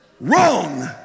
wrong